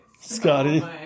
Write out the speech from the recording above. Scotty